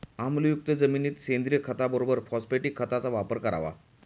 आम्लयुक्त जमिनीत सेंद्रिय खताबरोबर फॉस्फॅटिक खताचा वापर करावा